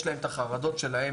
יש להם את החרדות שלהם,